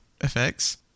effects